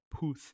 Puth